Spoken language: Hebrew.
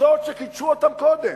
תפיסות שהן קידשו אותן קודם.